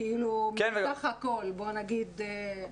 בסך הכול, בוא נגיד.